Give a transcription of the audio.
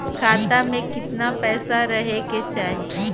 खाता में कितना पैसा रहे के चाही?